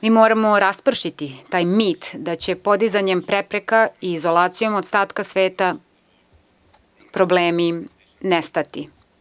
Mi moramo raspršiti taj mit da će podizanjem prepreka i izolacijom od ostatka sveta problemi nestati.